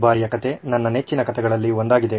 ಈ ಬಾರಿಯ ಕಥೆ ನನ್ನ ನೆಚ್ಚಿನ ಕಥೆಗಳಲ್ಲಿ ಒಂದಾಗಿದೆ